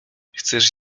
chcesz